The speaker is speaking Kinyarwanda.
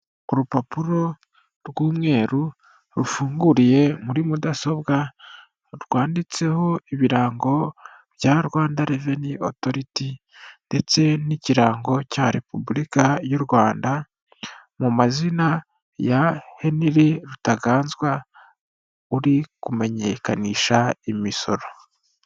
Ku rupapuro rw'umweru, rufunguriye muri mudasobwa, rwanditseho ibirango bya Rwanda Reveni Otoriti ndetse n'ikirango cya repubulika y'u Rwanda, mu mazina ya Henry Rutaganzwa, uri kumenyekanisha imisoro.